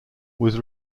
was